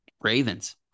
Ravens